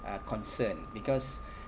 uh concern because